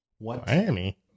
Miami